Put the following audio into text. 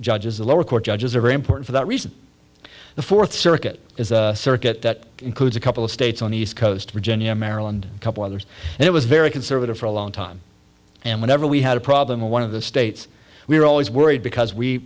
judges the lower court judges are very important for that reason the fourth circuit is the circuit includes a couple of states on the east coast virginia maryland couple others and it was very conservative for a long time and whenever we had a problem and one of the states we were always worried because we